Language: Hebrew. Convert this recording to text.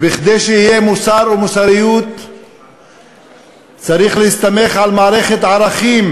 וכדי שיהיה מוסר או מוסריות צריך להסתמך על מערכת ערכים